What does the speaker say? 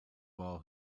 while